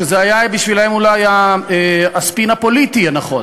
שזה היה בשבילם אולי הספין הפוליטי הנכון,